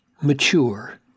mature